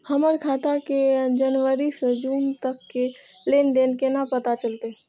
हमर खाता के जनवरी से जून तक के लेन देन केना पता चलते?